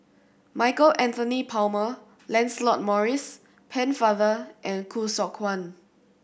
Michael Anthony Palmer Lancelot Maurice Pennefather and Khoo Seok Wan